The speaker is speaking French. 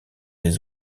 des